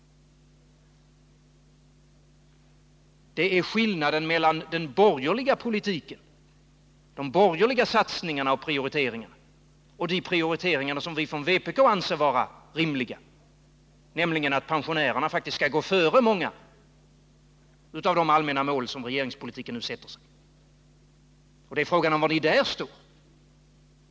Det gäller skillnaden mellan de borgerliga satsningarna och prioriteringarna och de prioriteringar vi från vpk anser vara rimliga — att pensionärerna faktiskt skall gå före många av de allmänna mål som regeringspolitiken nu sätter upp. Frågan är var ni står där.